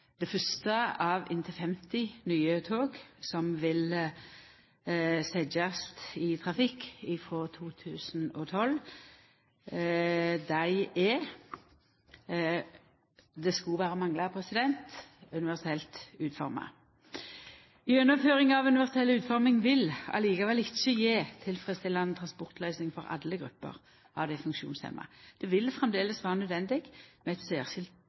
det fyrste av inntil 50 nye tog som vil setjast i trafikk frå 2012. Dei er – det skulle berre mangla – universelt utforma. Gjennomføring av universell utforming vil likevel ikkje gje tilfredsstillande transportløysingar for alle grupper av dei funksjonshemma. Det vil framleis vera nødvendig med eit